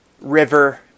river